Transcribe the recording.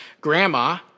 grandma